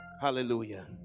hallelujah